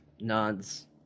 nods